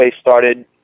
started